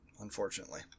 unfortunately